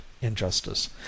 injustice